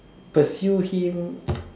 pursue him